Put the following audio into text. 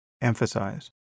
emphasize